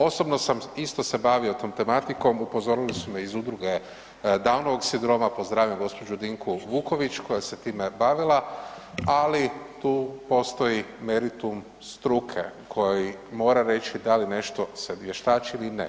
Osobno sam se isto bavio tom tematikom, upozorili su me iz Udruge Downovog sindroma, pozdravljam gospođu Dinku Vuković koja se time bavila, ali tu postoji meritum struke koji mora reći da li se nešto vještači ili ne.